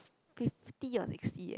fifty or sixty eh